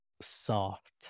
Soft